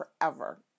forever